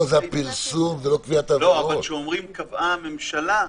אבל כשאומרים "קבעה הממשלה",